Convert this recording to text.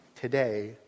today